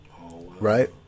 right